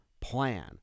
plan